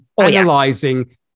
analyzing